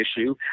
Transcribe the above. issue